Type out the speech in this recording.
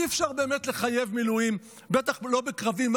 אי-אפשר באמת לחייב מילואים, בטח לא בקרבי.